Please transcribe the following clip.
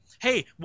Hey